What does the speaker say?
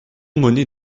monnaie